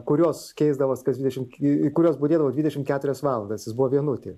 kurios keisdavosi kas dvidešimt kurios budėdavo dvidešimt keturias valandas jis buvo vienutėj